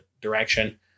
direction